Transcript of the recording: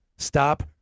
Stop